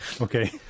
okay